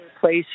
place